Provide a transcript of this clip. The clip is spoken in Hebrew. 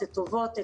טובות,